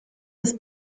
des